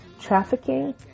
trafficking